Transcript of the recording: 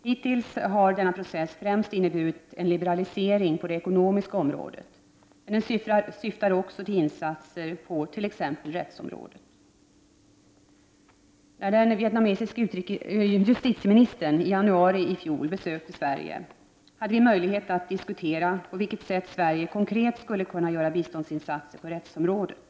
Hittills har denna process främst inneburit en liberalisering på det ekonomiska området, men den syftar också till insatser på t.ex. rättsområdet. När den vietnamesiske justitieministern i janauri i fjol besökte Sverige, hade vi möjlighet att diskutera på vilket sätt Sverige konkret skulle kunna göra biståndsinsatser på rättsområdet.